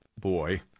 boy